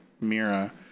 Mira